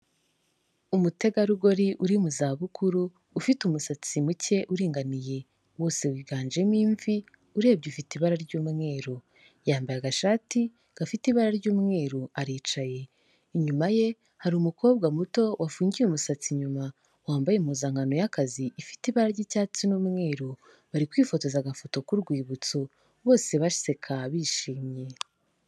Umutegarugori uri mu zabukuru ufite umusatsi muke uringaniye. Wose wiganjemo imvi urebye ufite ibara ry'umweru. Yambaye agashati gafite ibara ry'umweru aricaye. Inyuma ye hari umukobwa muto wafungiye umusatsi inyuma, wambaye impuzankano y'akazi ifite ibara ry'icyatsi n'umweru. Bari kwifotoza agafoto k'urwibutso bose baseka bishimye.